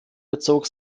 bezog